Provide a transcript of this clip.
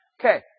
Okay